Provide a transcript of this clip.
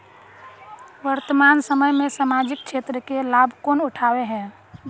वर्तमान समय में सामाजिक क्षेत्र के लाभ कौन उठावे है?